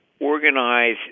organize